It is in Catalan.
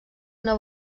una